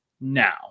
now